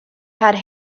had